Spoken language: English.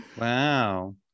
Wow